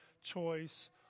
choice